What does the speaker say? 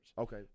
Okay